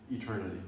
eternity